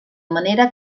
manera